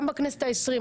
גם בכנסת ה-20.